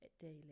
daily